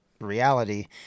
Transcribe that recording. reality